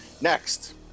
Next